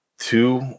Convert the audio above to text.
Two